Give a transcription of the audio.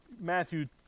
Matthew